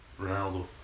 Ronaldo